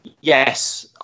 Yes